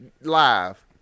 live